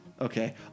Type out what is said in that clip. Okay